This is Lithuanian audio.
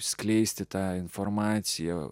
skleisti tą informaciją